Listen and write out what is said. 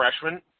freshman